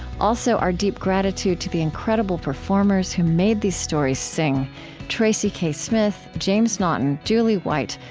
also, our deep gratitude to the incredible performers who made these stories sing tracy k. smith, james naughton, julie white,